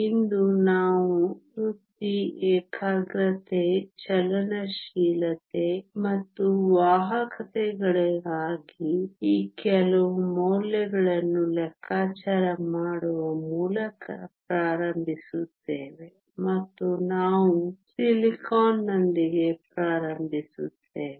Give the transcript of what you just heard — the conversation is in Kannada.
ಇಂದು ನಾವು ವೃತ್ತಿ ಏಕಾಗ್ರತೆ ಚಲನಶೀಲತೆ ಮತ್ತು ವಾಹಕತೆಗಳಿಗಾಗಿ ಈ ಕೆಲವು ಮೌಲ್ಯಗಳನ್ನು ಲೆಕ್ಕಾಚಾರ ಮಾಡುವ ಮೂಲಕ ಪ್ರಾರಂಭಿಸುತ್ತೇವೆ ಮತ್ತು ನಾವು ಸಿಲಿಕಾನ್ ನೊಂದಿಗೆ ಪ್ರಾರಂಭಿಸುತ್ತೇವೆ